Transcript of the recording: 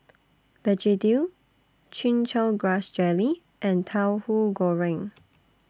Begedil Chin Chow Grass Jelly and Tauhu Goreng